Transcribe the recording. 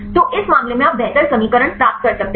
तो इस मामले में आप बेहतर समीकरण प्राप्त कर सकते हैं